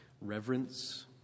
reverence